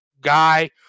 guy